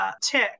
tick